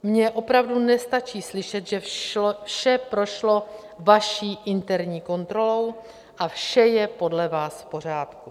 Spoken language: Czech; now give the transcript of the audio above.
Mně opravdu nestačí slyšet, že vše prošlo vaší interní kontrolou a vše je podle vás v pořádku.